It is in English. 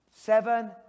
seven